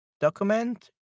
document